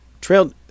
trail